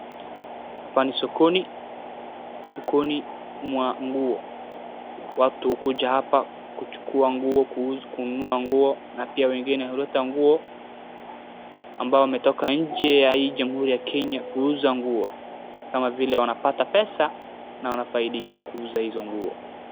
Hapa ni sokoni, sokoni mwa nguo. Watu hukuja hapa kuchukua nguo kununua nguo na pia wengine huleta nguo ambao wametoka nje ya hii ya jamhuri ya Kenya kuza nguo kama vile wanapata pesa na wanafaidika kuuza hizo nguo.